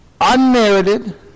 unmerited